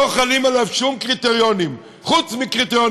לא חלים עליו שום קריטריונים חוץ מקריטריון